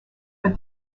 but